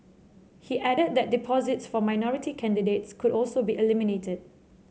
he added that deposits for minority candidates could also be eliminated